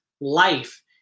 life